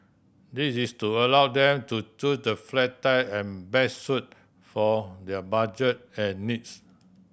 this is to allow them to choose the flat type and best suit for their budget and needs